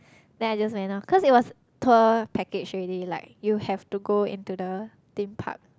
then I just went out cause there was tour package already like you have to go into the theme park